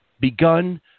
begun